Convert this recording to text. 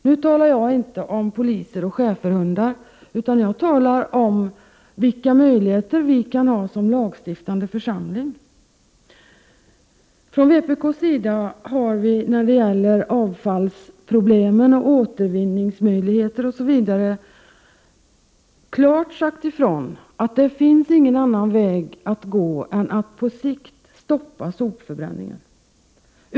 — Nu talar jag inte om poliser och schäferhundar, utan jag talar om vilka möjligheter vi kan ha som lagstiftande församling. Från vpk:s sida har vi när det gäller avfallsproblemen, återvinningsmöjligheter, osv. klart sagt ifrån att det på sikt inte finns någon annan väg att gå än att stoppa sopförbränningen.